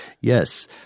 Yes